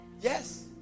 Yes